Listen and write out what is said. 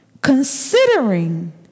Considering